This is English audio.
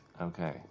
Okay